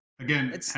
Again